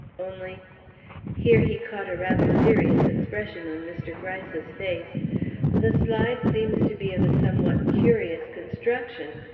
only here he caught a rather serious expression on mr. gryce's face the slide seems to be of a somewhat curious construction.